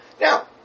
Now